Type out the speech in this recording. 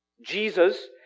Jesus